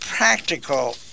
practical